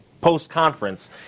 post-conference